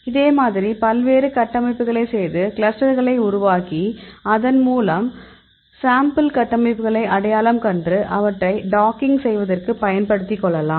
இதே மாதிரி பல்வேறு கட்டமைப்புகளை செய்து கிளஸ்டர்களை உருவாக்கி அதன்மூலம் சாம்பிள் கட்டமைப்புகளை அடையாளம் கண்டு அவற்றை டாக்கிங் செய்வதற்கு பயன்படுத்திக் கொள்ளலாம்